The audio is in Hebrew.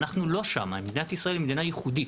אנחנו לא שם, מדינת ישראל היא מדינה ייחודית,